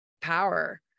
power